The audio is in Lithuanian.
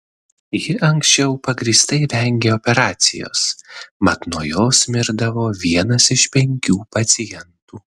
ji anksčiau pagrįstai vengė operacijos mat nuo jos mirdavo vienas iš penkių pacientų